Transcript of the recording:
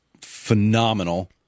phenomenal